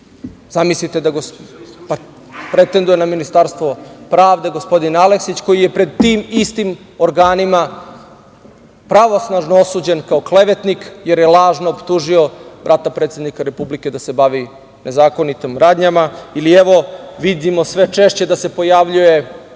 da gospodin pretenduje na Ministarstvo pravde, gospodin Aleksić, koji je pred tim istim organima pravosnažno osuđen kao klevetnik jer je lažno optužio brata predsednika Republike da se bavi nezakonitim radnjama. Evo, vidimo sve češće da se pojavljuje